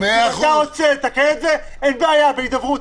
אם אתה רוצה לתקן את זה, אין בעיה, בהידברות.